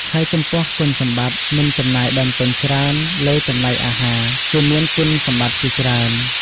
ហើយចំពោះ គុណសម្បត្តិមិនចំណាយដើមទុនច្រើនលើចំណីអាហារគឺមានគុណសម្បត្តិជាច្រើន។